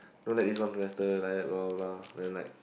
don't let this one semester like that blah blah blah and then like